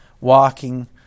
walking